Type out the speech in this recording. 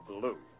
Blue